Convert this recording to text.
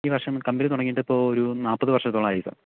ഈ വർഷം കമ്പനി തുടങ്ങിയിട്ടിപ്പോൾ ഒരു നാല്പത് വർഷത്തോളമായി സർ